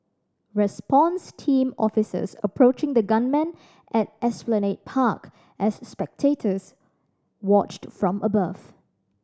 response team officers approaching the gunman at Esplanade Park as spectators watched from above